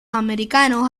americanos